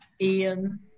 Ian